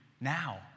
now